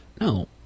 no